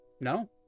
No